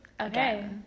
Okay